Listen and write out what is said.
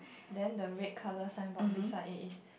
then the red colour signboard beside it is